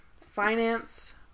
Finance